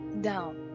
down